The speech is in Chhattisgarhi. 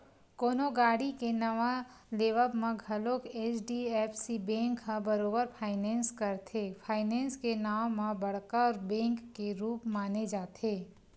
कोनो गाड़ी के नवा लेवब म घलोक एच.डी.एफ.सी बेंक ह बरोबर फायनेंस करथे, फायनेंस के नांव म बड़का बेंक के रुप माने जाथे